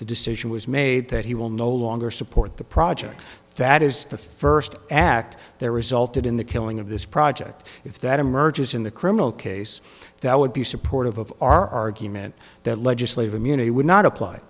the decision was made that he will no longer support the project that is the first act their results and in the killing of this project if that emerges in the criminal case that would be supportive of our argument that legislative immunity would not apply